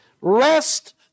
rest